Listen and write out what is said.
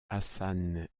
hassan